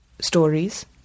stories